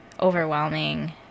overwhelming